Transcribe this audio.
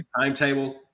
Timetable